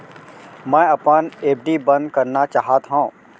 मै अपन एफ.डी बंद करना चाहात हव